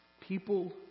People